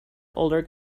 older